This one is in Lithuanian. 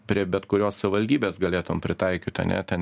prie bet kurios savivaldybės galėtum pritaikyt ane ten